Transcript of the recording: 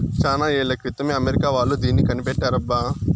చానా ఏళ్ల క్రితమే అమెరికా వాళ్ళు దీన్ని కనిపెట్టారబ్బా